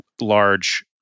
large